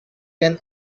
than